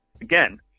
again